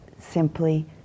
simply